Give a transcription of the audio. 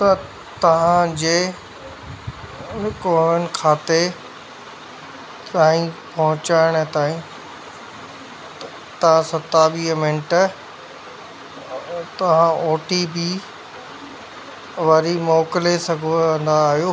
त तव्हांजे कोविन खाते ताईं पहोचाइण ताईं तव्हां सतावीह मिन्ट तां ओ टी पी वरी मोकिले सघंदा आहियो